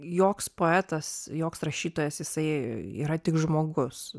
joks poetas joks rašytojas jisai yra tik žmogus